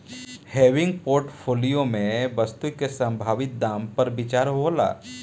हेविंग portfolio में वस्तु के संभावित दाम पर विचार होला